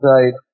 Right